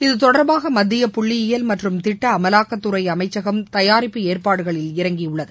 இது தொடர்பாக மத்திய புள்ளியியல் மற்றும் திட்ட அமலாக்கத்துறை அமைச்சகம் தயாரிப்பு ஏற்பாடுகளில் இறங்கியுள்ளது